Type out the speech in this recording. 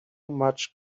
much